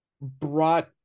brought